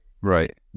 Right